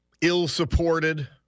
Ill-supported